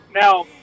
now –